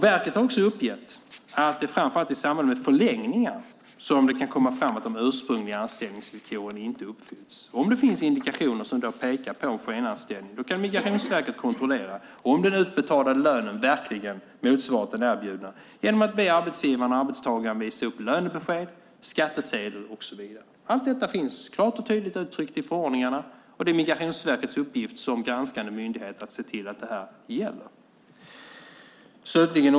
Verket har också uppgett att det framför allt är i samband med förlängningar som det kan komma fram att de ursprungliga anställningsvillkoren inte uppfylls. Om det finns indikationer som då pekar på en skenanställning kan Migrationsverket kontrollera om den utbetalade lönen verkligen motsvarat den erbjudna genom att be arbetsgivaren och arbetstagaren att visa upp lönebesked, skattsedel och så vidare. Allt detta finns klart och tydligt uttryckt i förordningarna, och det är Migrationsverkets uppgift som granskande myndighet att se till att detta gäller.